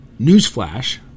newsflash